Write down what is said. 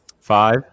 Five